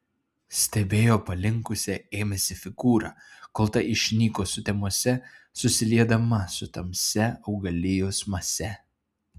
stebėjo palinkusią ėmėsi figūrą kol ta išnyko sutemose susiliedama su tamsia augalijos mase